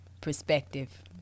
perspective